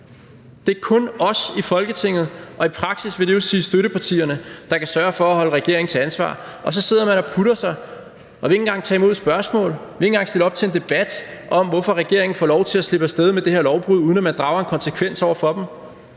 Det er kun os i Folketinget, og i praksis vil det jo sige støttepartierne, der kan sørge for at holde regeringen til ansvar, og så sidder man og putter sig og vil ikke engang tage imod spørgsmål, vil ikke engang stille op til en debat om, hvorfor regeringen får lov til at slippe af sted med det her lovbrud, uden at man drager en konsekvens over for dem.